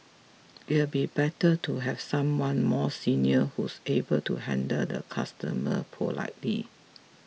it'll be better to have someone more senior who's able to handle the customer politely